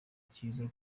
icyiza